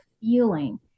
feeling